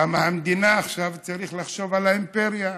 קמה המדינה עכשיו, צריך לחשוב על האימפריה,